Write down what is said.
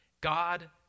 God